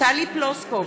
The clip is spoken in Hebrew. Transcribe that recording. טלי פלוסקוב,